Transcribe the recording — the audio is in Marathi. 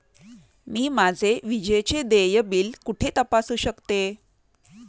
मी माझे विजेचे देय बिल कुठे तपासू शकते?